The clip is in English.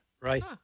right